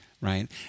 right